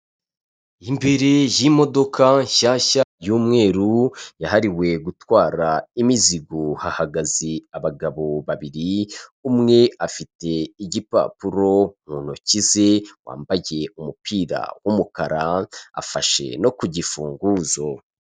Imbere y'imodoka nshyashya y'umweru yahariwe gutwara imizigo, hahagaze abagabo babiri, umwe afite igipapuro mu ntoki ze ,wambaye umupira w'umukara afashe no ku gifunguzo.